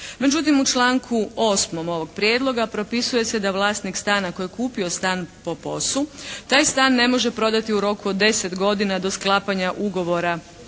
Međutim, u članku 8. ovog prijedloga propisuje se da vlasnik stana koji je kupio stan po POS-u, taj stan ne može prodati u roku od deset godina do sklapanja ugovora